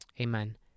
Amen